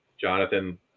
Jonathan